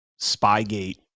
Spygate